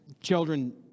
children